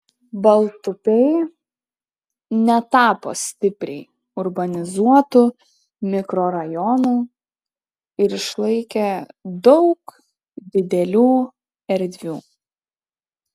baltupiai netapo stipriai urbanizuotu mikrorajonu ir išlaikė daug didelių erdvių